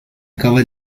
acaba